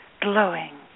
glowing